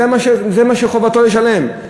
זה מה שחובתו לשלם.